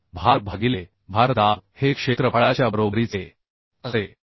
तर भार भागिले भार दाब हे क्षेत्रफळाच्या बरोबरीचे असते